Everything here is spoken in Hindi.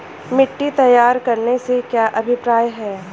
मिट्टी तैयार करने से क्या अभिप्राय है?